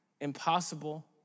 impossible